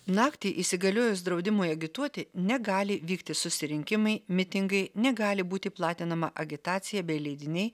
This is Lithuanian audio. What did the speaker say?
naktį įsigaliojus draudimui agituoti negali vykti susirinkimai mitingai negali būti platinama agitacija bei leidiniai